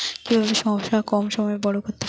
কিভাবে শশা কম সময়ে বড় করতে পারব?